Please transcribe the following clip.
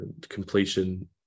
completion